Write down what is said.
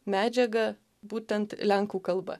medžiagą būtent lenkų kalba